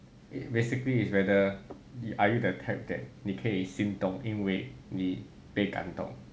basically it's whether are you the type that 你可以心动因为你被感动